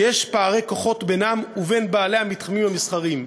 שיש פערי כוחות בינם ובין בעלי המתחמים המסחריים.